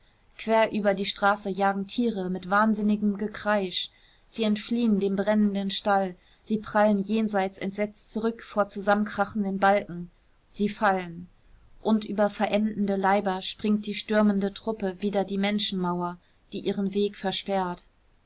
quer über die straße jagen tiere mit wahnsinnigem gekreisch sie entfliehen dem brennenden stall sie prallen jenseits entsetzt zurück vor zusammenkrachenden balken sie fallen und über verendete leiber springt die stürmende truppe wider die menschenmauer die ihren weg versperrt